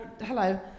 hello